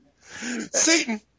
Satan